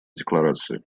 декларации